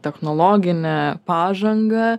technologine pažanga